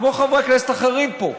כמו חברי כנסת אחרים פה,